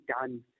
done